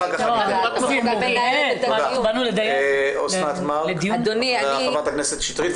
חברת הכנסת אוסנת מארק ואחריה חברת הכנסת קטי שטרית.